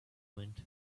wind